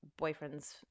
boyfriends